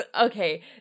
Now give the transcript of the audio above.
Okay